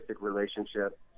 relationship